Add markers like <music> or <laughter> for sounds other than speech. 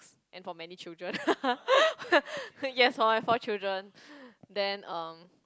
and for many children <laughs> yes I have four children then um